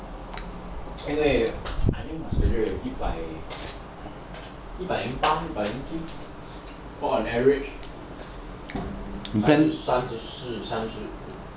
因为 I think my schedule 有一百八一百九 so on average 三十四三十五